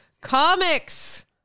comics